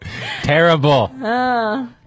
Terrible